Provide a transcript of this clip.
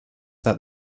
that